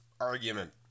argument